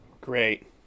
Great